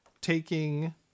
taking